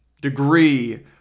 degree